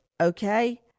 Okay